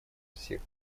всех